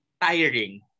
tiring